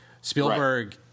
Spielberg